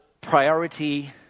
priority